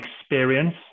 experience